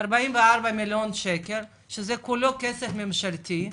מיליון שקלים, כולו כסף ממשלתי,